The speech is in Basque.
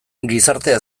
gizartea